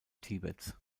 tibets